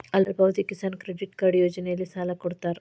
ಅಲ್ಪಾವಧಿಯ Kisan credit card ಯೋಜನೆಯಲ್ಲಿಸಾಲ ಕೊಡತಾರ